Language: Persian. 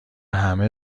همه